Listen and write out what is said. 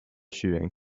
shooting